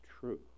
true